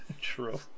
True